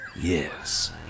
Yes